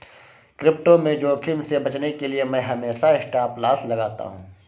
crypto में जोखिम से बचने के लिए मैं हमेशा स्टॉपलॉस लगाता हूं